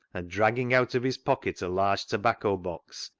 and dragging out of his pocket a large tobacco-box,